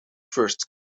first